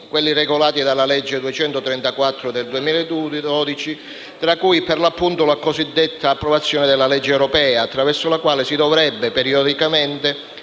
quelli regolati dalla legge 24 dicembre 2012, n. 234, tra cui per l'appunto la cosiddetta approvazione della legge europea, attraverso la quale cui si dovrebbe periodicamente